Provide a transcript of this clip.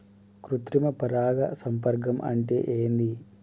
కృత్రిమ పరాగ సంపర్కం అంటే ఏంది?